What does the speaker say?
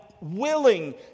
willing